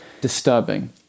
disturbing